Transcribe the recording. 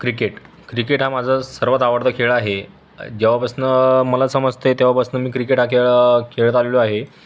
cricket cricket हा माझा सर्वात आवडता खेळ आहे जेव्हापासून मला समजतंय तेव्हापासून क्रिकेट हा खेळ खेळत आलेलो आहे